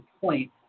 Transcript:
point